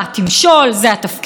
אך מי שטוען את זה,